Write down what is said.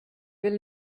will